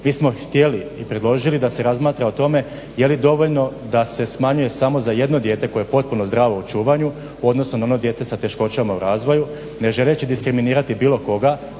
Mi smo htjeli i predložili da se razmatra o tome je li dovoljno da se smanjuje samo za jedno dijete koje je potpuno zdravo u čuvanju u odnosu na ono dijete sa teškoćama u razvoju, ne želeći diskriminirati bilo koga